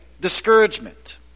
discouragement